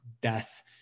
death